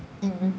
mmhmm